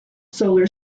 solar